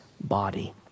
body